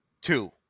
Two